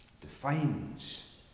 defines